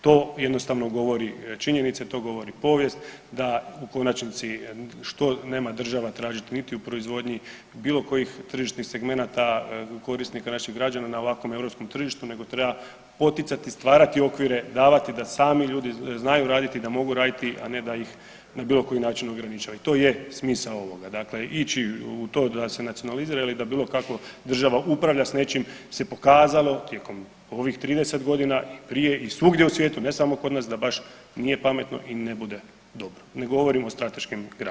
To jednostavno govore činjenice i to govori povijest da u konačnici što nema država tražit niti u proizvodnji bilo kojih tržišnih segmenata korisnika naših građana na ovakvom europskom tržištu nego treba poticati i stvarati okvire, davati da sami ljudi znaju raditi i da mogu raditi, a ne da ih na bilo koji način ograničava i to je smisao ovoga, dakle ići u to da se nacionalizira ili da bilo kako država upravlja s nečim se pokazalo tijekom ovih 30.g. i prije i svugdje u svijetu, ne samo kod nas, da baš nije pametno i ne bude dobro, ne govorim o strateškim granama.